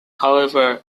however